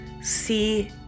see